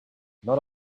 not